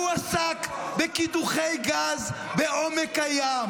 והוא עסק בקידוחי גז בעומק הים.